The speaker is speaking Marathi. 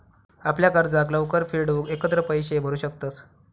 आपल्या कर्जाक लवकर फेडूक एकत्र पैशे भरू शकतंस